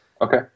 okay